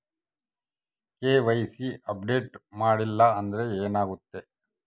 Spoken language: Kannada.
ಕೆ.ವೈ.ಸಿ ಅಪ್ಡೇಟ್ ಮಾಡಿಲ್ಲ ಅಂದ್ರೆ ಏನಾಗುತ್ತೆ?